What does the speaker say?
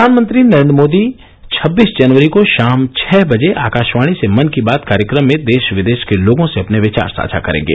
प्रधानमंत्री नरेन्द्र मोदी छब्बीस जनवरी को शाम छः बजे आकाशवाणी से मन की बात कार्यक्रम में देश विदेश के लोगों से अपने विचार साझा करेंगे